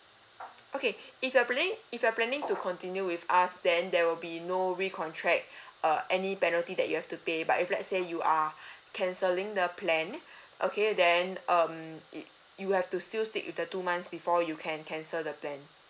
okay if you're planning if you're planning to continue with us then there will be no recontract uh any penalty that you have to pay but if let's say you are cancelling the plan okay then um err you have to still stick with the two months before you can cancel the plan